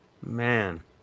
man